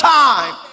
time